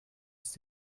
ist